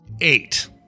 eight